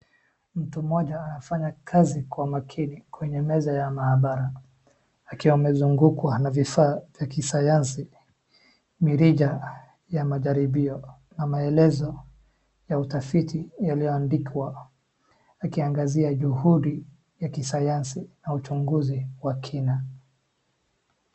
Mtu mmoja afanya kazi kwa makini kwenye meza ya maabara, akiwa amezungukwa na vifaa vya kisayansi, mirija ya majaribio na maelezo ya utafiti yalioandikwa, akiangazia juhudi ya kisayansi na uchunguzi wa kina.